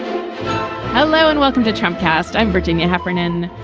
hello and welcome to trump cast. i'm virginia heffernan.